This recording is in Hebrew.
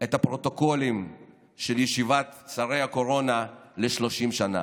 את הפרוטוקולים של ישיבת שרי הקורונה ל-30 שנה.